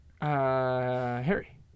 harry